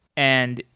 and,